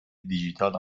دیجیتال